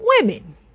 women